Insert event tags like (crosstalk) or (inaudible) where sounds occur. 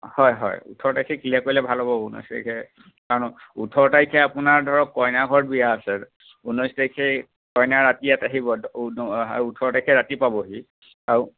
হয় হয় ওঠৰ তাৰিখে ক্লিয়াৰ কৰিলে ভাল হ'ব ঊনৈছ তাৰিখে কাৰণ ওঠৰ তাৰিখে আপোনাৰ ধৰক কইনাৰ ঘৰত বিয়া আছে ঊনৈছ তাৰিখে কইনা ৰাতি ইয়াত আহিব (unintelligible) ওঠৰ তাৰিখে ৰাতি পাবহি আৰু